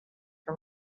for